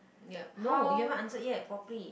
yup no you haven't answered yet properly